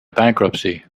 bankruptcy